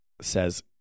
says